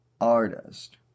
artist